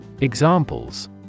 Examples